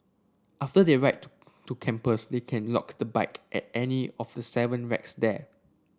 after they red to campus they can lock the bike at any of the seven racks there